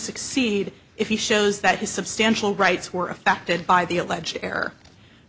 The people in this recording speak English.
succeed if he shows that his substantial rights were affected by the alleged error